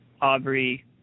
Aubrey